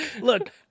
look